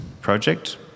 project